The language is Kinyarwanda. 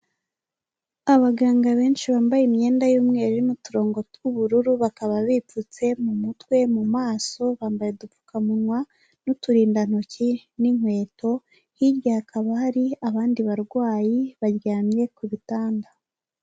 Abaganga benshi bambaye imyenda y'umweru n'uturongo tw'ubururu bakaba bipfutse mu mutwe mu maso bambaye udupfukamunwa n'uturindantoki n'inkweto, hirya hakaba hari abandi barwayi baryamye ku bitanda.